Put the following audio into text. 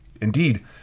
Indeed